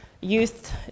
youth